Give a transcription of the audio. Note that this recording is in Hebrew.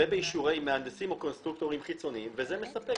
ובאישורי מהנדסים או קונסטרוקטורים חיצוניים וזה מספק,